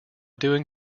doing